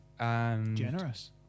Generous